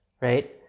right